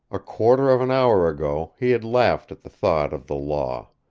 a quarter of an hour ago he had laughed at the thought of the law.